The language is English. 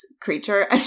creature